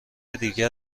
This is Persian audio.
دیگر